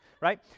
right